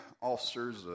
officers